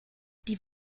die